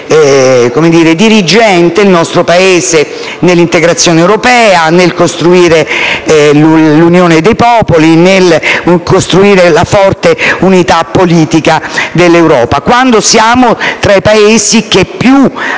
essere parte dirigente nell'integrazione europea, nel costruire l'unione dei popoli, nel costruire la forte unità politica dell'Europa, mentre siamo tra i Paesi che